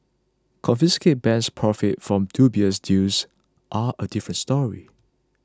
confiscated banks profit from dubious deals are a different story